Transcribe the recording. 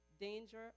danger